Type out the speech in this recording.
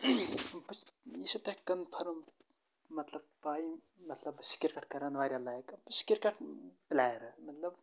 بہٕ چھُس یہِ چھُو تۄہہِ کَنفٔرٕم مطلب پاے مطلب بہٕ چھُس کِرکٹ کَران واریاہ لایِک بہٕ چھُس کِرکٹ پٕلییر مطلب